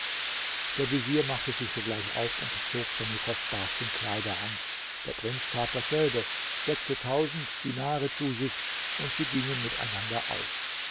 der vezier machte sich sogleich auf und zog seine kostbarsten kleider an der prinz tat dasselbe steckte tausend dinare zu sich und sie gingen miteinander aus